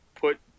put